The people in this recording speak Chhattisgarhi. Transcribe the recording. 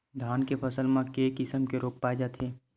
धान के फसल म के किसम के रोग पाय जाथे?